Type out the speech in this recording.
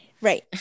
right